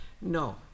No